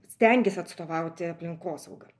stengiasi atstovauti aplinkosaugą